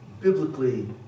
biblically